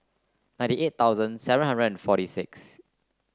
ninety eight thousand seven hundred and forty six